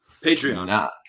Patreon